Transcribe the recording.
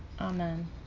Amen